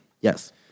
Yes